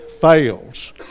fails